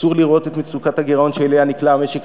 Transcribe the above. אסור לראות את מצוקת הגירעון שאליה נקלע המשק